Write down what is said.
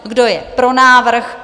Kdo je pro návrh?